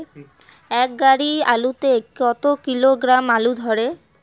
এক গাড়ি আলু তে কত কিলোগ্রাম আলু ধরে?